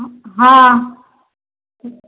हँ